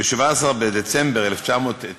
ב-17 בדצמבר 1995